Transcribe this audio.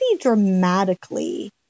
dramatically